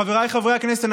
חבריי חברי הכנסת,